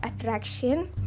attraction